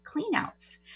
cleanouts